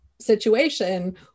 situation